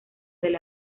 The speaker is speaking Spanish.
del